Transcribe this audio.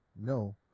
No